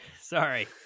Sorry